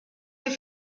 your